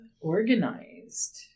organized